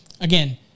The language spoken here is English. again